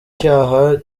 icyaha